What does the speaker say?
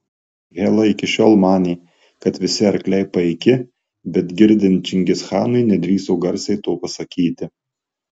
hela iki šiol manė kad visi arkliai paiki bet girdint čingischanui nedrįso garsiai to pasakyti